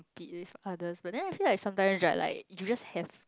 with others but then I feel like something you are like you just have